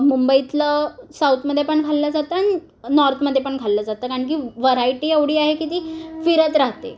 मुंबईतलं साऊथमध्ये पण खाल्लं जातं आणि नॉर्थमध्ये पण खाल्लं जातं कारण की व्हरायटी एवढी आहे की ती फिरत राहते